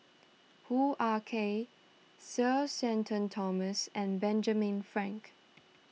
Hoo Ah Kay Sir Shenton Thomas and Benjamin Frank